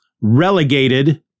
relegated